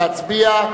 להצביע.